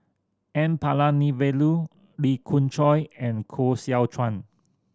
N Palanivelu Lee Khoon Choy and Koh Seow Chuan